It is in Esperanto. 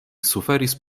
suferis